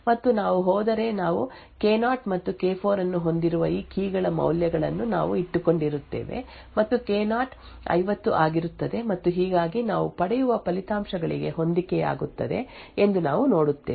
ಆದ್ದರಿಂದ ನಾವು ಕೆ0 ಎಕ್ಸಾರ್ ಕೆ4 50 ಕ್ಕೆ ಸಮಾನವಾಗಿರುತ್ತದೆ ಮತ್ತು ನಾವು ಹೋದರೆ ನಾವು ಕೆ0 ಮತ್ತು ಕೆ4 ಅನ್ನು ಹೊಂದಿರುವ ಈ ಕೀಗಳ ಮೌಲ್ಯಗಳನ್ನು ನಾವು ಇಟ್ಟುಕೊಂಡಿರುತ್ತೇವೆ ಮತ್ತು ಕೆ4 50 ಆಗಿರುತ್ತದೆ ಮತ್ತು ಹೀಗಾಗಿ ನಾವು ಪಡೆಯುವ ಫಲಿತಾಂಶಗಳಿಗೆ ಹೊಂದಿಕೆಯಾಗುತ್ತದೆ ಎಂದು ನಾವು ನೋಡುತ್ತೇವೆ